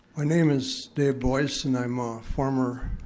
my name is dave boyce, and i'm a former,